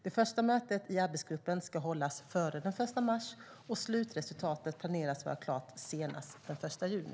Det första mötet i arbetsgruppen ska hållas före den 1 mars, och slutresultatet planeras vara klart senast den 1 juni.